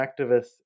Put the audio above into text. activists